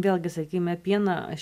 vėlgi sakykime pieną aš